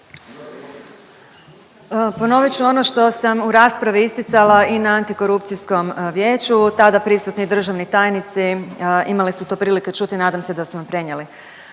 Ponovit ću ono što sam u raspravi isticala i na Antikorupcijskom vijeću, tada prisutni državni tajnici imali su to prilike čuti, nadam se da su vam prenijeli.